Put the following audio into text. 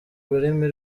rurimi